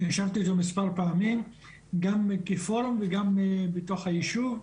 ישבתי איתו מספר פעמים גם כפורום וגם בתוך הישוב,